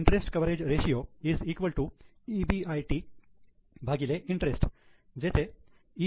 interest coverage ratio interest जेथे E